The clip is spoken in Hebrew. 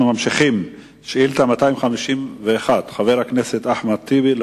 אנחנו ממשיכים לשאילתא מס' 251 של חבר הכנסת אחמד טיבי,